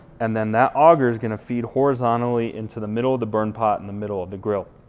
and then that auger is gonna feed horizontally into the middle of the burn pot in the middle of the grill.